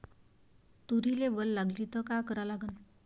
तुरीले वल लागली त का करा लागन?